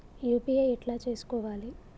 UPI ఎట్లా చేసుకోవాలి?